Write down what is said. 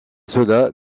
cela